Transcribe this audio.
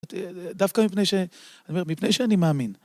דווקא מפני שאני מאמין.